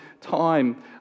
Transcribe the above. time